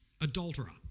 adulterer